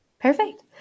Perfect